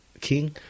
King